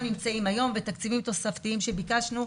נמצאים היום ותקציבים תוספתיים שביקשנו.